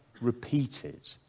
repeated